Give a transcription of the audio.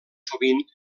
sovint